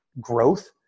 growth